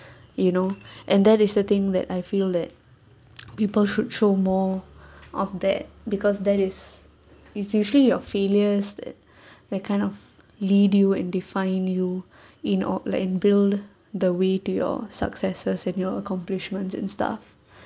you know and that is the thing that I feel that people should show more of that because that is is usually your failures that that kind of lead you and define you in order like it build the way to your successes and your accomplishments and stuff